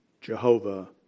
Jehovah